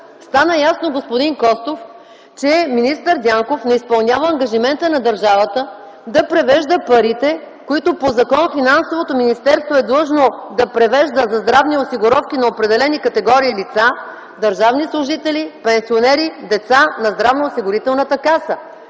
стана ясно, че министър Дянков не изпълнява ангажимента на държавата да превежда парите, които по закон Министерството на финансите е длъжно да превежда за здравни осигуровки на определени категории лица (държавни служители, пенсионери, деца) на Здравноосигурителната каса.